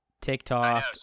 TikTok